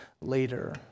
later